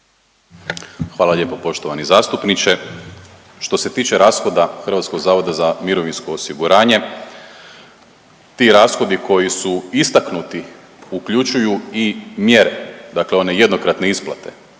Hvala lijepo poštovani zastupniče. Što se tiče rashoda HZMO-a ti rashodi koji su istaknuti uključuju i mjere, dakle one jednokratne isplate,